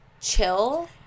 chill